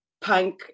punk